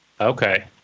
Okay